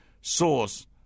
source